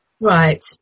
Right